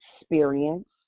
experience